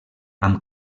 amb